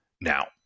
Now